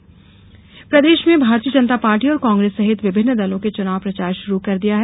चुनाव प्रचार प्रदेश में भारतीय जनता पार्टी और कांग्रेस सहित विभिन्न दलों ने चुनाव प्रचार शुरू कर दिया है